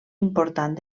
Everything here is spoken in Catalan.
important